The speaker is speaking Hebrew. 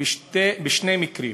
בשני מקרים.